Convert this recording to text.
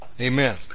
Amen